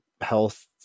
health